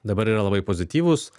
dabar yra labai pozityvūs